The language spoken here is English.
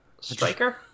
striker